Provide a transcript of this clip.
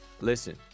Listen